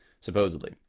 supposedly